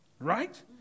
Right